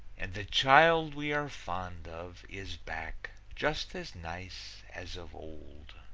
and the child we are fond of is back, just as nice as of old.